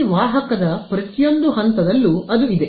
ಈ ವಾಹಕದ ಪ್ರತಿಯೊಂದು ಹಂತದಲ್ಲೂ ಅದು ಇದೆ